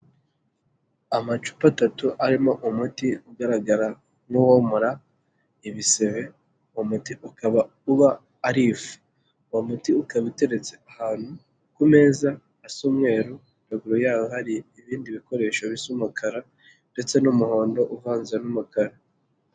Amacupa atatu arimo umuti ugaragara n'uwomora ibisebe umuti ukaba uba arifu, uwo muti ukaba uteretse ahantu ku meza asa umweru haguru yaho hari ibindi bikoresho bisa umakara ndetse n'umuhondo uvanze n'umukara.